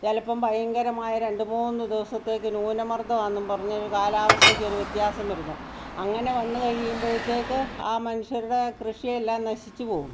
ചിലപ്പം ഭയങ്കരമായ രണ്ട് മൂന്ന് ദിവസത്തേക്ക് ന്യൂനമർദ്ദമാണെന്നും പറഞ്ഞ് ഒരു കാലാവസ്ഥക്ക് ഒരു വ്യത്യാസം വരുന്നത് അങ്ങനെ വന്ന് കഴിയുമ്പോഴത്തേക്ക് ആ മനുഷ്യരുടെ കൃഷിയെല്ലാം നശിച്ച് പോകും